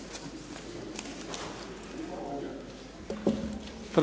Hvala vam